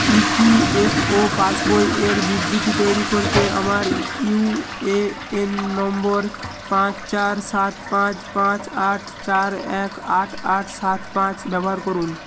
ই P F ও পাসবই এর বিবৃতি তৈরি করতে আমার ইউ এ এন নম্বর পাঁচ চার সাত পাঁচ পাঁচ আট চার এক আট আট সাত পাঁচ ব্যবহার করুন